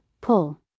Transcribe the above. pull